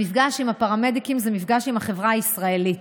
המפגש עם הפרמדיקים זה מפגש עם החברה הישראלית,